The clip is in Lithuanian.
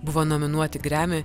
buvo nominuoti gremi